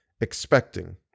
expecting